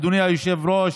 אדוני היושב-ראש,